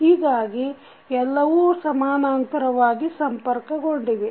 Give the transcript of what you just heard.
ಹೀಗಾಗಿ ಎಲ್ಲವೂ ಸಮಾನಾಂತರವಾಗಿ ಸಂಪರ್ಕಗೊಂಡಿವೆ